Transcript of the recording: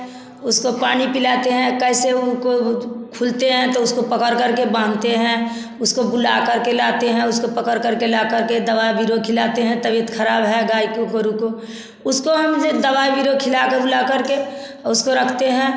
उसको पानी पिलाते हैं कैसे उको खुलते हैं तो उसको पकड़ के बांधते हैं उसको बुला करके लाते हैं उसको पकड़ करके ला करके दवा बीरो खिलाते हैं तबीयत खराब है गाय को गोरू को उसको हम जे दवाई बीरो खिला कर उला करके और उसको रखते हैं